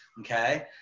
okay